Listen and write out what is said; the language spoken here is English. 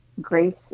Grace